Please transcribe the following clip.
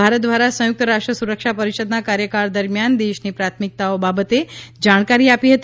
ભારત દ્વારા સંયુક્ત રાષ્ટ્ર સુરક્ષા પરિષદના કાર્યકાળ દરમિયાન દેશની પ્રાથમિકતાઓ બાબતે જાણકારી આપી હતી